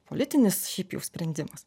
politinis šiaip jau sprendimas